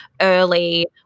early